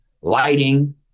lighting